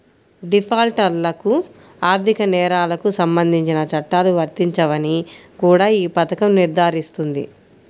డిఫాల్టర్లకు ఆర్థిక నేరాలకు సంబంధించిన చట్టాలు వర్తించవని కూడా ఈ పథకం నిర్ధారిస్తుంది